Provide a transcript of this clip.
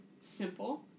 Simple